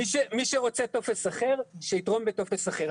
מי שרוצה טופס אחר שיתרום בטופס אחר.